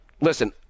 listen